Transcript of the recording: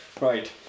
Right